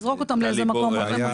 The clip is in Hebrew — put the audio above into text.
נזרוק אותם לאיזה מקום,